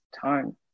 time